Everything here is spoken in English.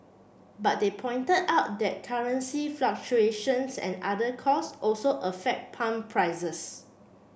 but they pointed out that currency fluctuations and other costs also affect pump prices